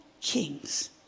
kings